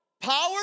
Power